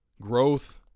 growth